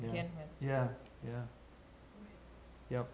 yeah yeah yeah ye